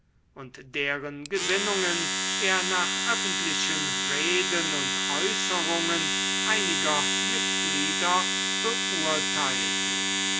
und deren gesinnungen er nach öffentlichen reden und äußerungen einiger mitglieder beurteilte